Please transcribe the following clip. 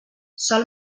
sol